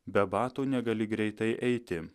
be batų negali greitai eiti